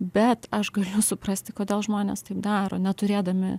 bet aš suprasti kodėl žmonės taip daro neturėdami